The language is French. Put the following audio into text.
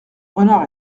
renard